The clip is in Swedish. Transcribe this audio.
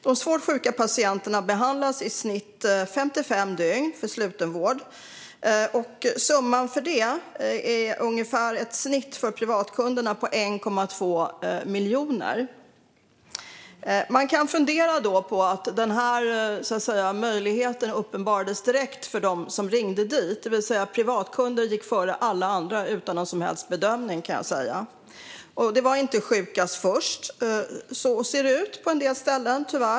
De svårt sjuka patienterna behandlas i slutenvård under i genomsnitt 55 dygn, och för privatkunderna är snittsumman för detta 1,2 miljoner kronor. Den här möjligheten uppenbarades direkt för dem som ringde dit, det vill säga privatkunder gick före alla andra utan någon som helst bedömning. Det kan man fundera på. Det var inte sjukast först. Så ser det tyvärr ut på en del ställen.